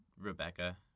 Rebecca